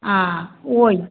हा उहो ई